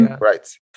right